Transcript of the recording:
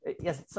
yes